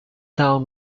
town